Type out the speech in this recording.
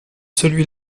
celui